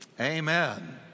Amen